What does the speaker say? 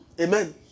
Amen